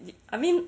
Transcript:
I mean